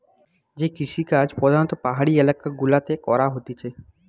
যে কৃষিকাজ প্রধাণত পাহাড়ি এলাকা গুলাতে করা হতিছে